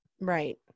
Right